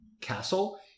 castle